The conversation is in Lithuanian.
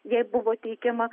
jai buvo teikiama